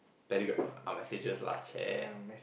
telegram oh messages lah !chey!